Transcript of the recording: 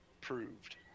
proved